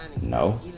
No